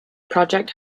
project